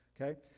okay